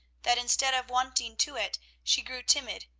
that instead of wonting to it, she grew timid,